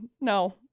no